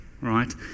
right